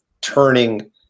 turning